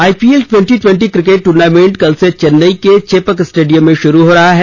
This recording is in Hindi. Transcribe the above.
IPL twenty twenty cricket tournament कल से चेन्नई के चेपक स्टेडियम में शुरू हो रहा है